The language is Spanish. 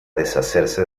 deshacerse